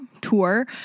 tour